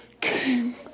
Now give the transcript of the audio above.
King